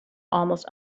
almost